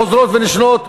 החוזרות ונשנות,